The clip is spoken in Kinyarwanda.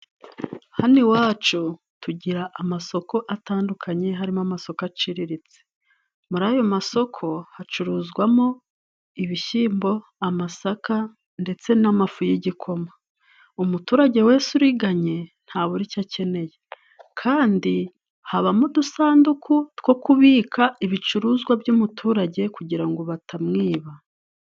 Hano iwacu tugira amasoko atandukanye harimo amasoko aciriritse. Muri ayo masoko hacuruzwamo:ibishyimbo, amasaka ndetse n'amafu y'igikoma. Umuturage wese uriganye ntabura icyo akeneye kandi habamo udusanduku two kubika ibicuruzwa by'umuturage kugira ngo batamwiba.